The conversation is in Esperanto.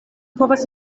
povas